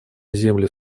землю